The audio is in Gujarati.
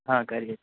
હા કરીએ